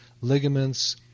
ligaments